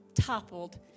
toppled